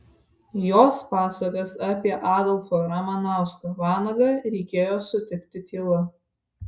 jos pasakas apie adolfą ramanauską vanagą reikėjo sutikti tyla